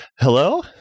hello